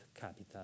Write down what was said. capital